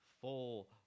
full